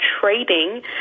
trading